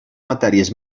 matèries